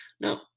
No